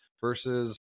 versus